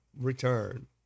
return